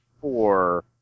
four